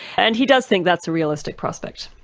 and he does think that's a realistic prospect.